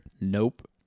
Nope